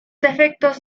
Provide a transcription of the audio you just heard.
efectos